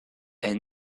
est